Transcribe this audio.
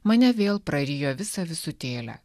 mane vėl prarijo visą visutėlę